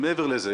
מעבר לזה,